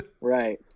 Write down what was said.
right